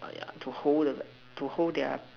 ah ya to hold the bag to hold their